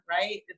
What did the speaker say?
right